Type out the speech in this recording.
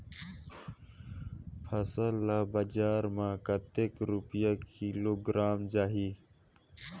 फसल ला बजार मां कतेक रुपिया किलोग्राम जाही?